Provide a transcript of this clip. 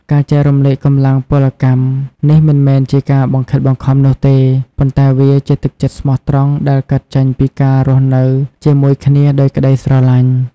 ការចែករំលែកកម្លាំងពលកម្មនេះមិនមែនជាការបង្ខិតបង្ខំនោះទេ ប៉ុន្តែវាជាទឹកចិត្តស្មោះត្រង់ដែលកើតចេញពីការរស់នៅជាមួយគ្នាដោយក្ដីស្រឡាញ់។